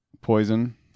poison